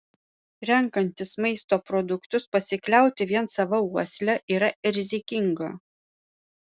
renkantis maisto produktus pasikliauti vien sava uosle yra rizikinga